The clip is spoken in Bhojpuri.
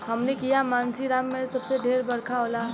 हमनी किहा मानसींराम मे सबसे ढेर बरखा होला